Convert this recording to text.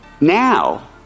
now